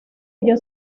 ello